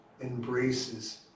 embraces